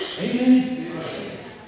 Amen